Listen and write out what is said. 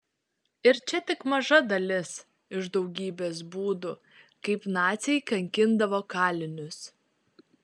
ir čia tik maža dalis iš daugybės būdų kaip naciai kankindavo kalinius